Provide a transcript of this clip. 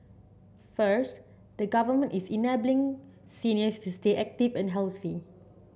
first the Government is enabling seniors to stay active and healthy